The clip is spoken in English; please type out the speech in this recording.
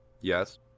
Yes